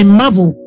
marvel